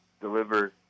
deliver